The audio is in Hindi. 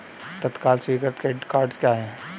तत्काल स्वीकृति क्रेडिट कार्डस क्या हैं?